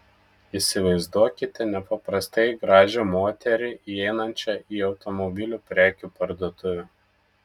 įsivaizduokite nepaprastai gražią moterį įeinančią į automobilių prekių parduotuvę